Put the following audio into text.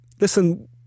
listen